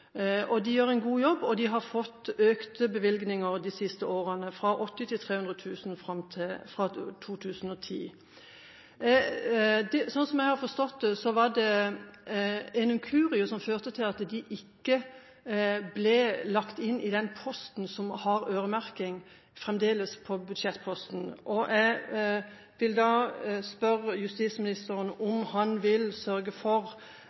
De gjør en god jobb, og de har fått økte bevilgninger de siste årene – fra 80 000 kr i 2010 til 300 000 kr. Slik som jeg har forstått det, var det en inkurie som førte til at de ikke ble lagt inn i den budsjettposten som fremdeles har øremerking. Jeg vil da spørre justisministeren om han – i sine vurderinger – vil sørge for